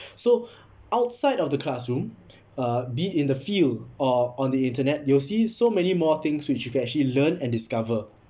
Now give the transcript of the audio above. so outside of the classroom uh be it in the field or on the internet you'll see so many more things which you can actually learn and discover